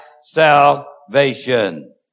salvation